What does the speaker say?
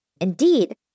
Indeed